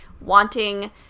wanting